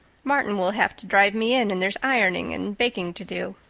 martin will have to drive me in and there's ironing and baking to do.